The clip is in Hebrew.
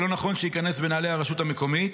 ולא נכון שייכנס בנעלי הרשות המקומית.